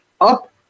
up